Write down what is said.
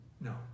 no